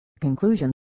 Conclusion